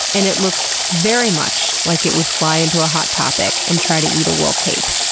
and it looks very much like it would fly into a hot topic and try to eat a wool cape.